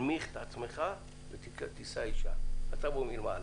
תקטיני את ההוצאות או לחסוך באפיקים כאלה,